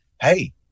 hey